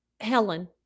Helen